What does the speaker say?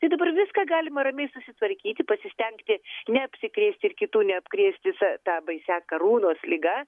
tai dabar viską galima ramiai susitvarkyti pasistengti neapsikrėst ir kitų neapkrėst visa ta baisia karūnos liga